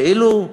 כאילו,